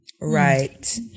right